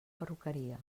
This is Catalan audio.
perruqueria